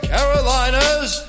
Carolinas